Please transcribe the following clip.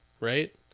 Right